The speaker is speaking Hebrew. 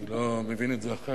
אני לא מבין את זה אחרת.